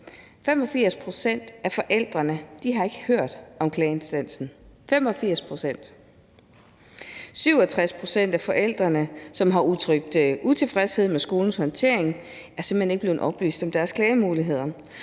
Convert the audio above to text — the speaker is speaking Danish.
85 pct. af forældrene har ikke hørt om klageinstansen – 85 pct. – og 67 pct. af de forældre, som har udtrykt utilfredshed med skolens håndtering, er simpelt hen ikke blevet oplyst om deres klagemuligheder.